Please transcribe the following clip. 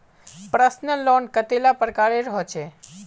Personal loan कतेला प्रकारेर होचे?